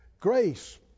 Grace